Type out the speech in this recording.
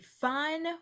fun